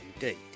indeed